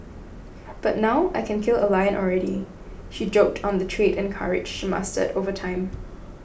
but now I can kill a lion already she joked on the trade and courage she mastered over time